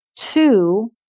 Two